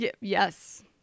Yes